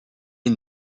est